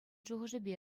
шухӑшӗпе